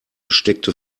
steckte